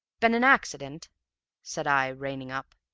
been an accident said i, reining up.